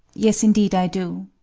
yes, indeed i do.